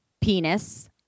penis